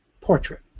portrait